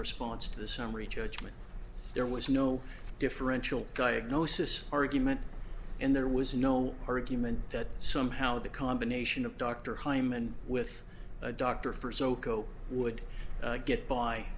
response to the summary judgment there was no differential diagnosis argument and there was no argument that somehow the combination of dr hyman with a doctor for soco would get by